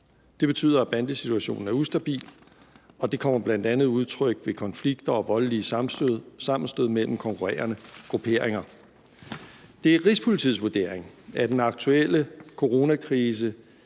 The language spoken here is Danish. Det betyder, at bandesituationen er ustabil, og det kommer bl.a. til udtryk ved konflikter og voldelige sammenstød mellem konkurrerende grupperinger. Det er Rigspolitiets vurdering, at den aktuelle coronakrise